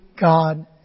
God